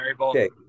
okay